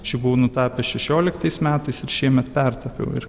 čia buvau nutapęs šešioliktais metais ir šiemet pertapiau ir